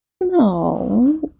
No